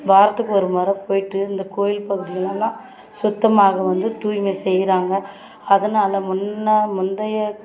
வாரத்துக்கு ஒரு முறை போய்ட்டு இந்த கோயில் பகுதிகளெல்லாம் சுத்தமாக வந்து தூய்மை செய்கிறாங்க அதனால் முன்னே முந்தைய